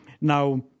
Now